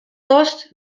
dochst